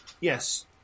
Yes